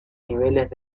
niveles